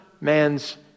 man's